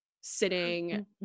sitting